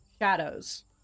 shadows